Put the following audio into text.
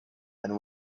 and